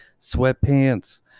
sweatpants